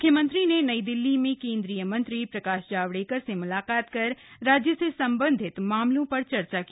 म्ख्यमंत्री ने नई दिल्ली में केंद्रीय मंत्री प्रकाश जावडेकर से म्लाकात कर राज्य से संबंधित मामलों पर चर्चा की